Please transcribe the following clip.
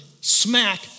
smack